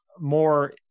more